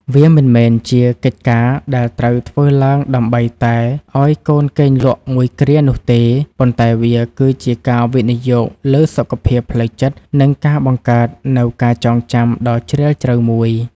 វាមិនមែនជាកិច្ចការដែលត្រូវធ្វើឡើងដើម្បីតែឱ្យកូនគេងលក់មួយគ្រានោះទេ ប៉ុន្តែវាគឺជាការវិនិយោគលើសុខភាពផ្លូវចិត្ត និងការបង្កើតនូវការចងចាំដ៏ជ្រាលជ្រៅមួយ